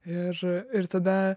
ir ir tada